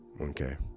okay